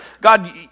God